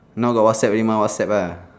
now got Whatsapp already mah Whatsapp lah